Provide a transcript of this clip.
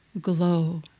glow